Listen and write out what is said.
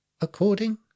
According